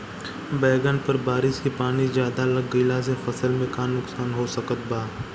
बैंगन पर बारिश के पानी ज्यादा लग गईला से फसल में का नुकसान हो सकत बा?